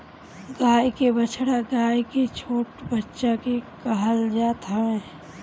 गाई के बछड़ा गाई के छोट बच्चा के कहल जात हवे